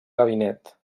gabinet